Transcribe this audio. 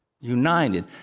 united